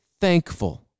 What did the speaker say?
thankful